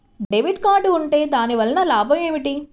Debit card ఉంటే దాని వలన లాభం ఏమిటీ?